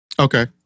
Okay